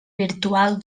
virtual